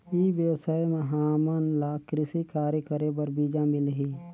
ई व्यवसाय म हामन ला कृषि कार्य करे बर बीजा मिलही?